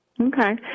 Okay